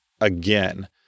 again